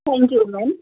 thank you ma'am